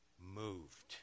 moved